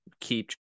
keep